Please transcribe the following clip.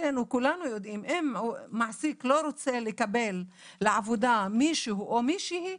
כולנו יודעים אם מעסיק לא רוצה לקבל לעבודה מישהו או מישהי,